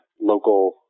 local